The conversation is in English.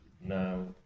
Now